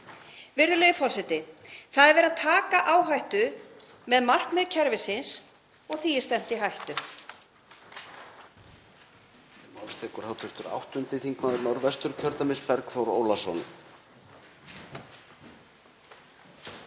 Virðulegi forseti. Það er verið að taka áhættu með markmið kerfisins og því er stefnt í hættu.